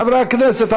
חברי הכנסת,